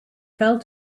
fell